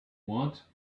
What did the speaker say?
want